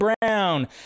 Brown